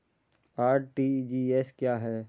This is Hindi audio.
आर.टी.जी.एस क्या है?